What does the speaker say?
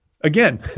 again